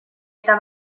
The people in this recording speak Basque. eta